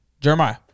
Jeremiah